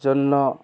জন্য